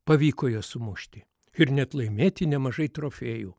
pavyko juos sumušti ir net laimėti nemažai trofėjų